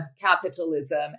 capitalism